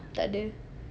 tak ada